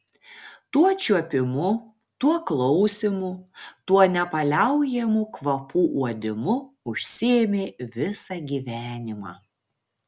tuo čiuopimu tuo klausymu tuo nepaliaujamu kvapų uodimu užsiėmė visą gyvenimą